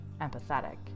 empathetic